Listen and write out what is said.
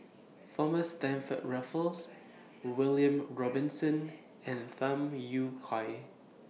Thomas Stamford Raffles William Robinson and Tham Yui Kai